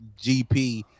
GP